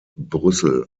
brüssel